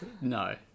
No